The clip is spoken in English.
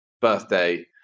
birthday